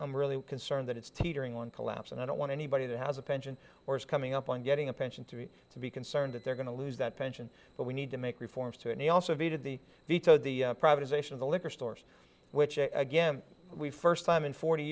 i'm really concerned that it's teetering on collapse and i don't want anybody that has a pension or is coming up on getting a pension three to be concerned that they're going to lose that pension but we need to make reforms too and he also vetoed the vetoed the privatization of the liquor stores which again we first time in forty